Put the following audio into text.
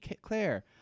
Claire